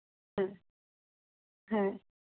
হ্যাঁ হ্যাঁ